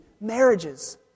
marriages